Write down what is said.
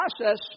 process